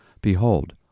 Behold